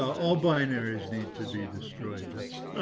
all binaries need to be destroyed. that's,